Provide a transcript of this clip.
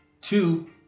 Two